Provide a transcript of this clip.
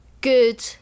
good